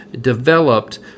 developed